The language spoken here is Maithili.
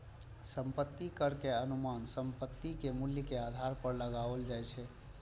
संपत्ति कर के अनुमान संपत्ति के मूल्य के आधार पर लगाओल जाइ छै